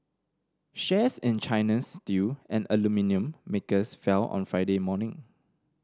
shares in China's steel and aluminium makers fell on Friday morning